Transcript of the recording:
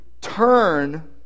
turn